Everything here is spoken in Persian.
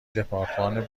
دپارتمان